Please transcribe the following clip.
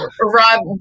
Rob